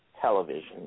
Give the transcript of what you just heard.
television